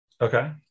Okay